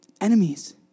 enemies